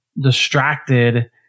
distracted